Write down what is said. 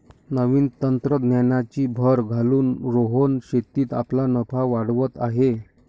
नवीन तंत्रज्ञानाची भर घालून रोहन शेतीत आपला नफा वाढवत आहे